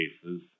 cases